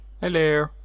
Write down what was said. Hello